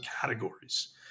categories